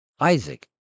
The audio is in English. Isaac